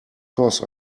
course